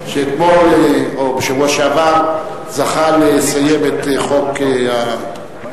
שאתמול, או בשבוע שעבר, זכה לסיים את חוק, מתי,